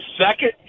second